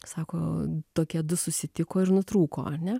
sako tokie du susitiko ir nutrūko ar ne